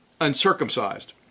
uncircumcised